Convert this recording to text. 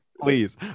Please